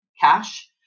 cash